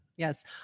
Yes